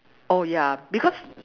oh ya because